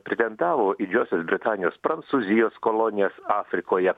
pretendavo į didžiosios britanijos prancūzijos kolonijas afrikoje